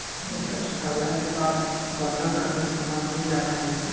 पईसा चुकवला के बाद बंधक रखल सामान मिल जात हवे